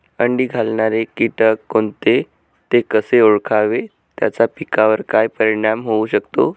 अंडी घालणारे किटक कोणते, ते कसे ओळखावे त्याचा पिकावर काय परिणाम होऊ शकतो?